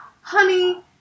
honey